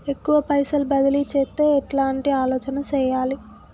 ఎక్కువ పైసలు బదిలీ చేత్తే ఎట్లాంటి ఆలోచన సేయాలి?